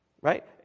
Right